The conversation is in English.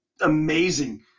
amazing